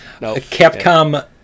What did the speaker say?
Capcom